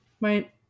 right